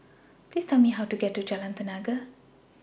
Please Tell Me How to get to Jalan Tenaga